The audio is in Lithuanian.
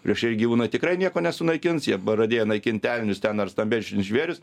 plėšrieji gyvūną tikrai nieko nesunaikins jie pradėjo naikint elnius ten ar stambe žvėris